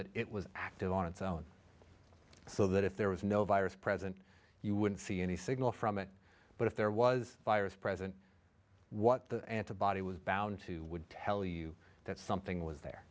that it was active on its own so that if there was no virus present you wouldn't see any signal from it but if there was a virus present what the antibody was bound to would tell you that something was there